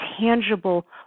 tangible